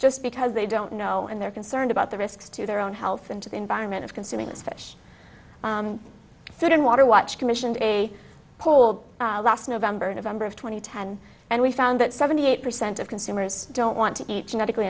just because they don't know and they're concerned about the risks to their own health and to the environment of consuming this fish food and water watch commissioned a poll last november november of two thousand and ten and we found that seventy eight percent of consumers don't want to eat genetically